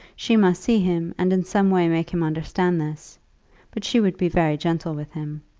she must see him and in some way make him understand this but she would be very gentle with him.